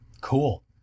Cool